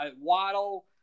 Waddle